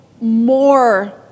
more